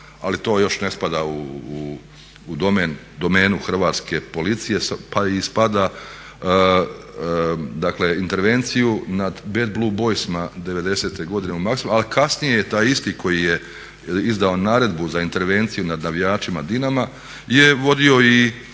ali to još ne spada u domenu Hrvatske policije, dakle intervenciju nad BBB-ima '90. godine u Maksimiru, ali kasnije je taj isti koji je izdao naredbu za intervenciju nad navijačima Dinama je vodio i